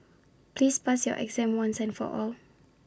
please pass your exam once and for all